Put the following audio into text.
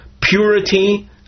purity